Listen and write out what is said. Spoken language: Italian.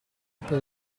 per